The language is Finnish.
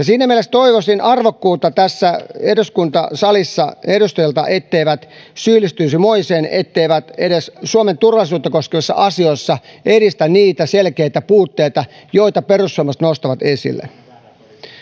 siinä mielessä toivoisin arvokkuutta tässä eduskuntasalissa edustajilta etteivät syyllistyisi moiseen etteivät edes suomen turvallisuutta koskevissa asioissa korjaa niitä selkeitä puutteita joita perussuomalaiset nostavat esille